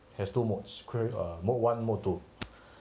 has two modes mode one mode two